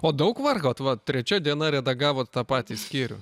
o daug vargot va trečia diena redagavot tą patį skyrių